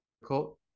difficult